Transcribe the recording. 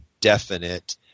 definite